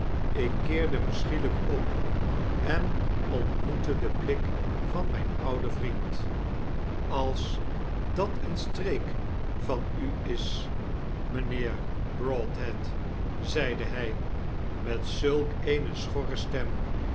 ik keerde my schielyk om en ontmoette den blik van myn ouden vriend als dat een streek van u is mijnheer broadhead zeide hy met zulk eene schorre stem